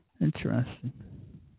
Interesting